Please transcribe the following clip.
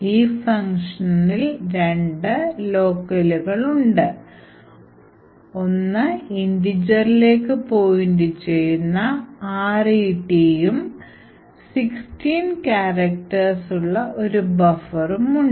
ഈ ഫംഗ്ഷനിൽ രണ്ട് ലോക്കലുകൾ ഉണ്ട് ഒരു integer ലേക്ക് പോയിൻറ് ചെയ്യുന്ന RET ഉം 16 characters ഉള്ള ഒരു ബഫറും ഉണ്ട്